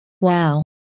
Wow